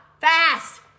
fast